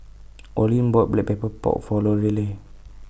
Olin bought Black Pepper Pork For Lorelei